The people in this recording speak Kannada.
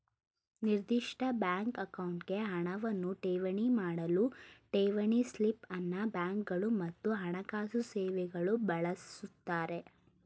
ನಿರ್ದಿಷ್ಟ ಬ್ಯಾಂಕ್ ಅಕೌಂಟ್ಗೆ ಹಣವನ್ನ ಠೇವಣಿ ಮಾಡಲು ಠೇವಣಿ ಸ್ಲಿಪ್ ಅನ್ನ ಬ್ಯಾಂಕ್ಗಳು ಮತ್ತು ಹಣಕಾಸು ಸೇವೆಗಳು ಬಳಸುತ್ತಾರೆ